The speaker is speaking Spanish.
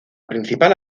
principal